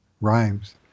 rhymes